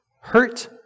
Hurt